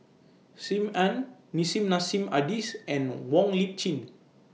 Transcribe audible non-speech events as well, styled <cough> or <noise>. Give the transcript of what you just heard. SIM Ann Nissim Nassim Adis and Wong Lip Chin <noise>